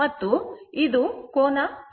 ಮತ್ತು ಇದು ಕೋನ ϕ ಆಗಿದೆ